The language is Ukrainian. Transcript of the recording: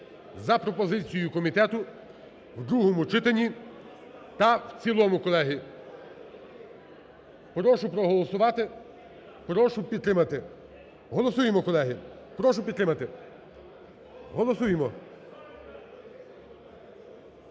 за пропозицією комітету в другому читанні та в цілому, колеги. Прошу проголосувати, прошу підтримати. голосуємо, колеги. Прошу підтримати. Голосуємо.